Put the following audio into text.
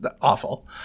awful